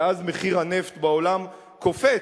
ואז מחיר הנפט בעולם קופץ,